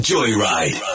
Joyride